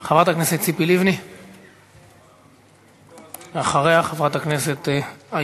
גם כשהם עומדים בפתחה ורוצים לעבור את תהליך